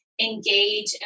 engage